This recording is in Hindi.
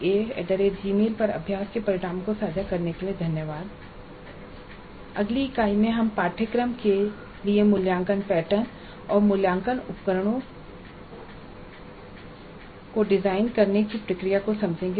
taleiisctagmailcom पर अभ्यास के परिणामों को साझा करने के लिए धन्यवाद अगली इकाई में हम पाठ्यक्रम के लिए मूल्यांकन पैटर्न और मूल्यांकन उपकरणों को डिजाइन करने की प्रक्रिया को समझेंगे